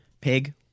Pig